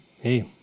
hey